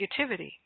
negativity